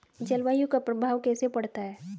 जलवायु का प्रभाव कैसे पड़ता है?